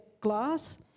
glass